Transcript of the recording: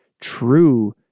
true